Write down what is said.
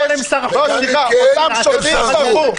מדברים על שוטרים מסוימים, אותם שוטרים סרחו.